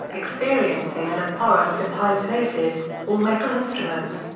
experiencing an abhorrence of high places, all metal instruments,